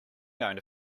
going